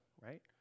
right